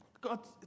God